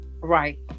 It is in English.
Right